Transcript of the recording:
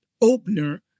opener